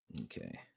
Okay